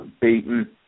beaten